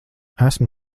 esmu